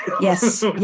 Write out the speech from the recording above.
Yes